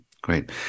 great